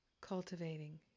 cultivating